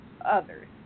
others